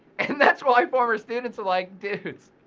and that's why former students are like dude,